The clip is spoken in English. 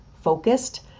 focused